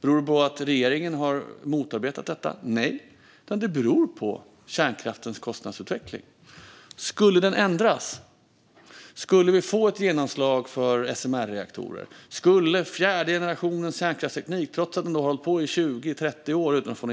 Beror det på att regeringen har motarbetat detta? Nej. Det beror på kärnkraftens kostnadsutveckling. Skulle den ändras, skulle vi få ett genomslag för SMR-reaktorer, skulle fjärde generationens kärnkraftsteknik få ett genomslag trots att den hållit på i 20-30 år utan att få